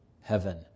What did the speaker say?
heaven